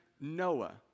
Noah